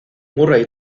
murray